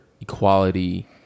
equality